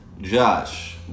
Josh